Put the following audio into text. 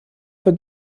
für